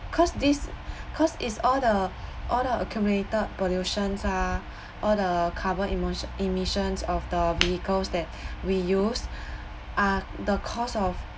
cause this cause is all the all the accumulated pollution are all the carbon emersi~ emissions of the vehicles that we use are the cause of